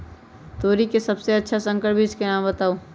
तोरी के सबसे अच्छा संकर बीज के नाम बताऊ?